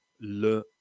Le